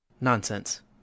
Nonsense